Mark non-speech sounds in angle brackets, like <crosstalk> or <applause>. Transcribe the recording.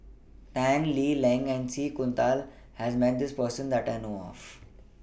Tan Lee Leng and C <unintelligible> has Met This Person that I know of